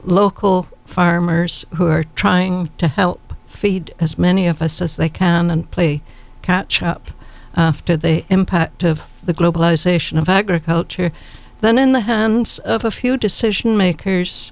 local farmers who are trying to help feed as many of us as they can and play catch up after the impact of the globalization of agriculture then in the hands of a few decision makers